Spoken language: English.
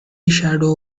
shadow